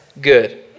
Good